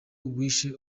wishe